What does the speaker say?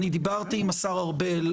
אני דיברתי עם השר הרבה.